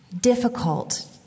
difficult